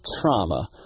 trauma